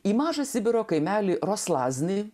į mažą sibiro kaimelį roslazni